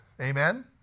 Amen